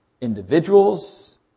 individuals